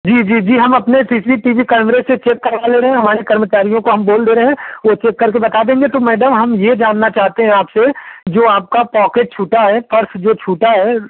जी जी जी हम अपने सी सी टी वी कैमरे से चेक करवा ले रहे हैं हमारी कर्मचारियों को हम बोल दे रहे हैं वो चेक करके बता देंगे तो मैडम हम ये जानना चाहते हैं आपसे जो आपका पॉकेट छूटा है पर्स जो छूटा है